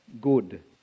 Good